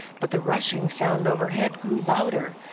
but the rushing sound overhead grew louder,